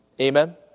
Amen